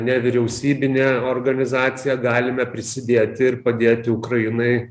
nevyriausybinė organizacija galime prisidėti ir padėti ukrainai